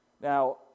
Now